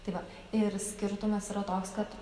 tai va ir skirtumas yra toks kad